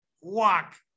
walk